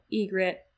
egret